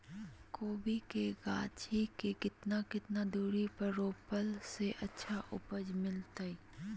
कोबी के गाछी के कितना कितना दूरी पर रोपला से अच्छा उपज मिलतैय?